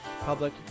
public